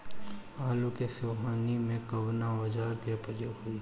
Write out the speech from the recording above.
आलू के सोहनी में कवना औजार के प्रयोग होई?